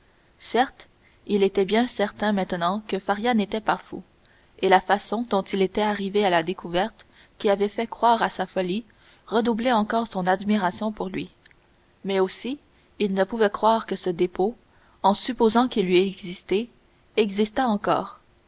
certes il était bien certain maintenant que faria n'était pas fou et la façon dont il était arrivé à la découverte qui avait fait croire à sa folie redoublait encore son admiration pour lui mais aussi il ne pouvait croire que ce dépôt en supposant qu'il eût existé existât encore